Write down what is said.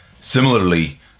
Similarly